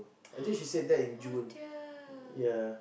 oh dear